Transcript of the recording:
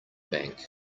bank